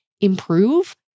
improve